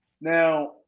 Now